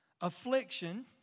affliction